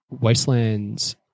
Wastelands